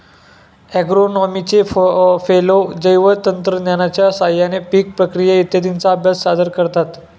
ॲग्रोनॉमीचे फेलो जैवतंत्रज्ञानाच्या साहाय्याने पीक प्रक्रिया इत्यादींचा अभ्यास सादर करतात